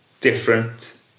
different